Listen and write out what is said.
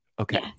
Okay